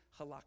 halakha